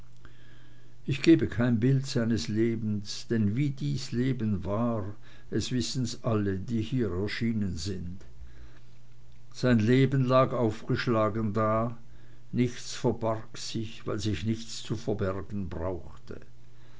ich gebe kein bild seines lebens denn wie dies leben war es wissen's alle die hier erschienen sind sein leben lag aufgeschlagen da nichts verbarg sich weil sich nichts zu verbergen brauchte